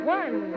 one